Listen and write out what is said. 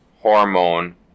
hormone